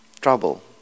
trouble